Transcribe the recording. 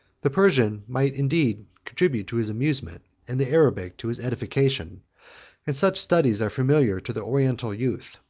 the persian might indeed contribute to his amusement, and the arabic to his edification and such studies are familiar to the oriental youth.